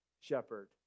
shepherd